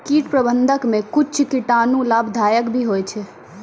कीट प्रबंधक मे कुच्छ कीटाणु लाभदायक भी होय छै